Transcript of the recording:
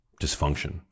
dysfunction